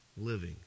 living